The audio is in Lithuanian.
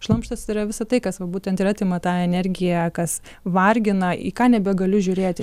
šlamštas yra visa tai kas va būtent ir atima tą energiją kas vargina į ką nebegaliu žiūrėti